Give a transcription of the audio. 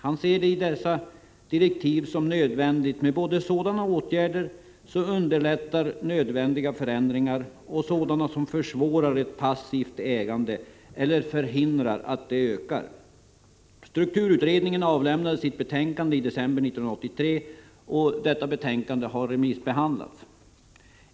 Han ser det i dessa direktiv som nödvändigt med både sådana åtgärder som underlättar önskvärda förändringar och sådana som försvårar ett passivt ägande eller förhindrar att det ökar. Strukturutredningen avlämnade sitt betänkande i december 1983, och detta betänkande har remissbehandlats.